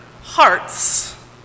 hearts